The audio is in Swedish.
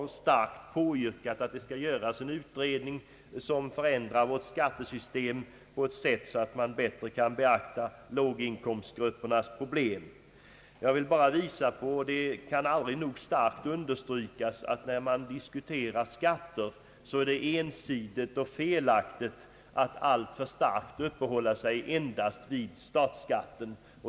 Vi har mycket kraftigt påyrkat att en utredning skall göras i syfte att förändra vårt skattesystem på ett sådant sätt att låginkomstgruppernas problem i högre grad beaktas. Det kan aldrig nog understrykas att det är ett ensidigt och felaktigt betraktelsesätt att i diskussionen om skattesystemet bara uppehålla sig vid statsskatten.